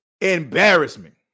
embarrassment